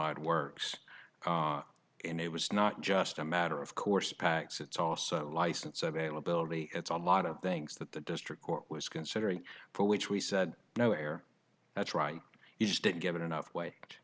odd works and it was not just a matter of course packs it's also license availability it's a lot of things that the district court was considering for which we said no err that's right it just didn't give it enough